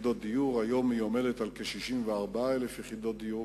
היום היא עומדת על כ-64,000 יחידות דיור.